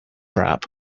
trap